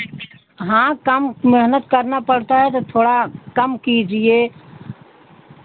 हाँ कम मेहनत करना पड़ता है तो थोड़ा कम कीजिए